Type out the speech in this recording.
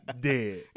Dead